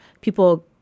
people